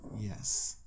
Yes